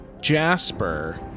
Jasper